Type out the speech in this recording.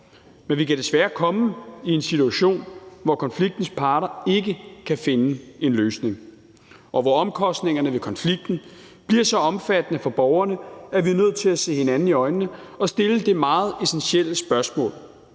Men vi kan desværre komme i en situation, hvor konfliktens parter ikke kan finde en løsning, og hvor omkostningerne ved konflikten bliver så omfattende for borgerne, at vi er nødt til at se hinanden i øjnene og stille det meget essentielle spørgsmål: